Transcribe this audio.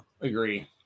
Agree